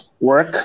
work